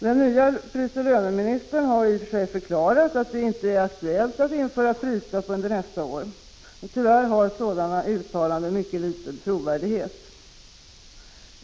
Den nye prisoch löneministern har i och för sig förklarat att det inte är aktuellt att införa prisstopp under nästa år, men tyvärr har sådana uttalanden mycket liten trovärdighet.